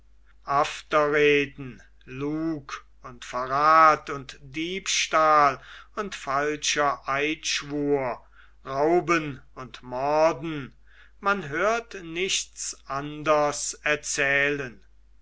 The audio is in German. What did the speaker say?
afterreden lug und verrat und diebstahl und falscher eidschwur rauben und morden man hört nichts anders erzählen